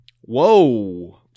Whoa